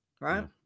right